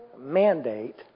mandate